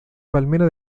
palmera